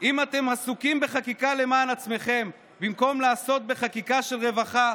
"אם אתם עסוקים בחקיקה למען עצמכם במקום לעסוק בחקיקה של רווחה,